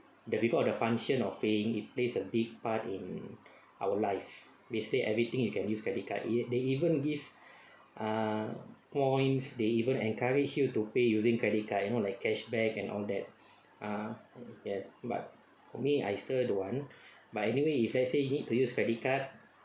the before the function of paying it plays a big part in our life basically everything you can use credit card they even give ah points they even encourage you to pay using credit card you know like cash back and all that ah yes but for me I still don't want but anyway if let's say need to use credit card